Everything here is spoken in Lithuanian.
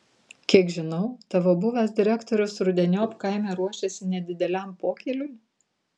kiek žinau tavo buvęs direktorius rudeniop kaime ruošiasi nedideliam pokyliui